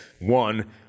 One